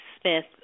Smith